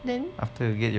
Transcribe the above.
then